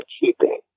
keeping